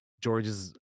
George's